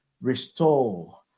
restore